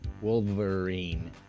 Wolverine